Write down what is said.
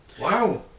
Wow